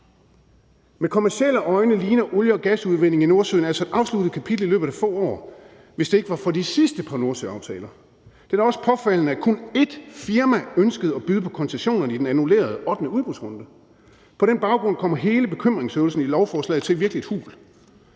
Med kommercielle øjne ligner olie- og gasudvindingen i Nordsøen altså et afsluttet kapitel i løbet af få år, hvis det ikke var for de sidste par Nordsøaftaler. Det er da også påfaldende, at kun ét firma ønskede at byde på koncessionerne i den annullerede ottende udbudsrunde. På den baggrund kommer hele bekymringsøvelsen i lovforslaget til at virke lidt hul.